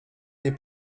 nie